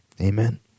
Amen